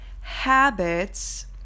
habits